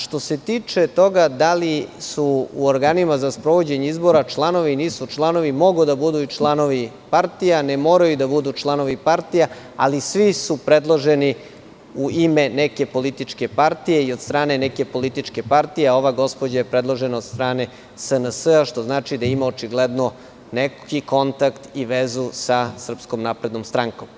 Što se tiče toga da li su u organima za sprovođenje izbora članovi, nisu članovi, mogu da budu i članovi partija, ne moraju da budu članovi partija, ali svi su predloženi u ime neke političke partije i od strane neke političke partije, a ova gospođa je predložena od strane SNS-a, što znači da ima očigledno neki kontakt i vezu sa SNS.